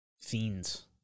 Fiends